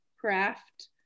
craft